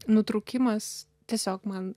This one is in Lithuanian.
nutrūkimas tiesiog man